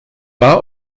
war